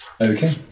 Okay